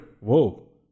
whoa